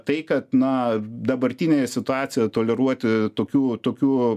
tai kad na dabartinėje situacijoje toleruoti tokių tokių